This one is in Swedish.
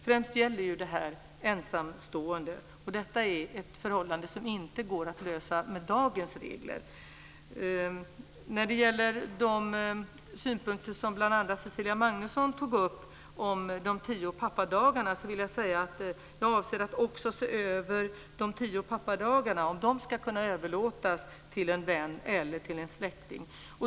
Det gäller främst ensamstående föräldrar, och detta är ett förhållande som inte går att lösa med dagens regler. Bl.a. Cecilia Magnusson tog upp frågan om de tio pappadagarna. Då vill jag säga att jag avser att också se över om de tio pappadagarna ska kunna överlåtas till en vän eller till en släkting.